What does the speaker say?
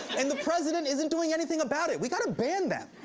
and the president isn't doing anything about it. we gotta ban them.